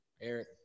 eric